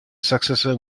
successor